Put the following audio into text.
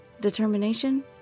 Determination